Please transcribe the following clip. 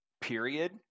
period